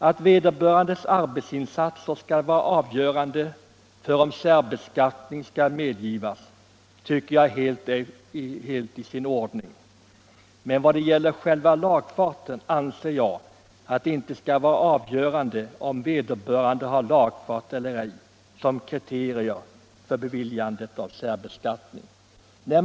Att arbetsinsatsen skall vara avgörande för om särbeskattning medgives tycker jag är helt i sin ordning, men jag anser inte att det förhållandet att maken i fråga har lagfart eller inte skall vara avgörande kriterium för beviljande av särbeskattning.